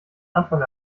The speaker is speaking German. anfang